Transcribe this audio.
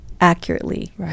accurately